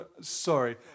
Sorry